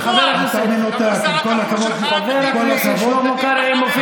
הערת ליאיר לפיד, שקרא לכל הימנים כוחות האופל?